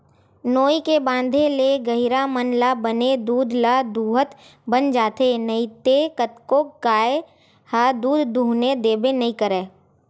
नोई के बांधे ले गहिरा मन ल बने दूद ल दूहूत बन जाथे नइते कतको ठन गाय ह दूद दूहने देबे नइ करय